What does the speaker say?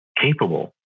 capable